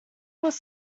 was